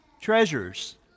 Treasures